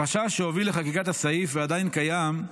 החשש שהוביל לחקיקת הסעיף, ועדיין קיים,